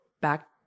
back